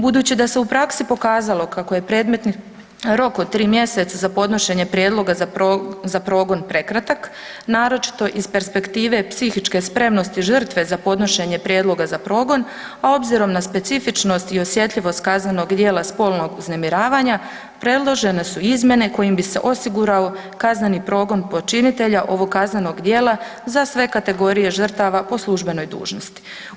Budući da se u praksi pokazalo kako je predmetni rok od tri mjeseca za podnošenje prijedloga za progon prekratak, naročito iz perspektive psihičke spremnosti žrtve za podnošenje prijedloga za progon, a obzirom na specifičnost i osjetljivost kaznenog djela spolnog uznemiravanja predložene su izmjene kojim bi se osigurao kazneni progon počinitelja ovog kaznenog djela za sve kategorije žrtava po službenoj dužnosti.